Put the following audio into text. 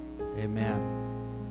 amen